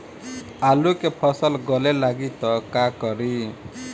आलू के फ़सल गले लागी त का करी?